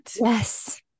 Yes